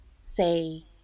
say